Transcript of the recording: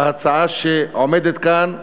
בהצעה שעומדת כאן,